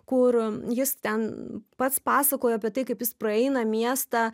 kur jis ten pats pasakojo apie tai kaip jis praeina miestą